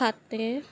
ਖਾਤੇ